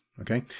okay